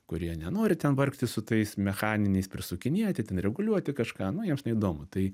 kurie nenori ten vargti su tais mechaniniais persukinėti ten reguliuoti kažką nu jiems neįdomu tai